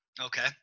Okay